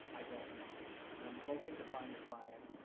i don't know and um hoping to find the clients,